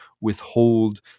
withhold